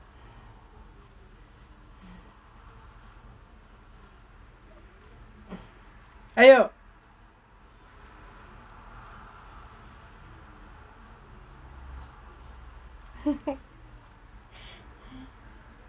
!aiyo!